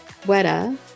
Weta